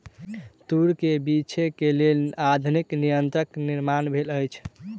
तूर के बीछै के लेल आधुनिक यंत्रक निर्माण भेल अछि